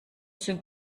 sind